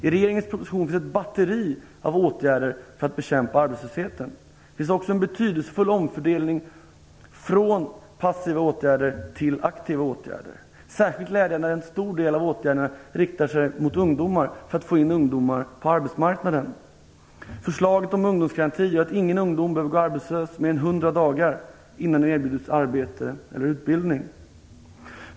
I regeringens proposition finns ett batteri av åtgärder för att bekämpa arbetslösheten. Det finns också en betydelsefull omfördelning från passiva åtgärder till aktiva åtgärder, särskilt glädjande är att en stor del av åtgärderna riktar sig mot ungdomar, för att få ungdomar på arbetsmarknaden. Förslaget om ungdomsgaranti gör att ingen ungdom behöver gå arbetslös mer än hundra dagar innan den erbjuds arbete eller utbildning.